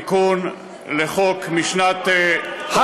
תיקון לחוק משנת התשכ"א 1961,